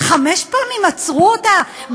חמש פעמים עצרו אותה,